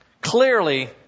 clearly